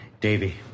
Davy